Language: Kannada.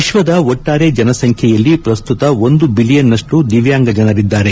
ವಿಶ್ವದ ಒಟ್ಟಾರೆ ಜನಸಂಖ್ಯೆಯಲ್ಲಿ ಪ್ರಸ್ತುತ ಒಂದು ಬಿಲಿಯನ್ನಷ್ಟು ದಿವ್ಯಾಂಗ ಜನರಿದ್ದಾರೆ